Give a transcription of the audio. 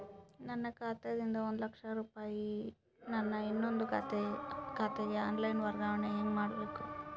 ನನ್ನ ಖಾತಾ ದಿಂದ ಒಂದ ಲಕ್ಷ ರೂಪಾಯಿ ನನ್ನ ಇನ್ನೊಂದು ಖಾತೆಗೆ ಆನ್ ಲೈನ್ ವರ್ಗಾವಣೆ ಹೆಂಗ ಮಾಡಬೇಕು?